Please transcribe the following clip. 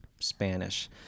spanish